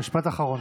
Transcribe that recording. משפט אחרון.